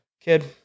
Kid